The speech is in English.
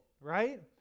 right